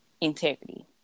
integrity